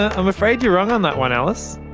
i'm afraid you're wrong on that one, alice.